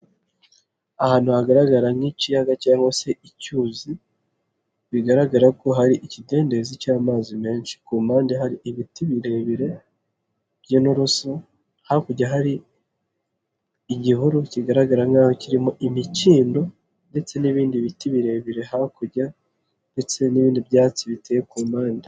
Ahantu hagaragara nk'ikiyaga cyangwa se icyuzi, bigaragara ko hari ikidendezi cy'amazi menshi. Ku mpande hari ibiti birebire by'amaraso, hakurya hari igihuru kigaragara nkaho kirimo imikindo ndetse n'ibindi biti birebire hakurya ndetse n'ibindi byatsi biteye ku mpande.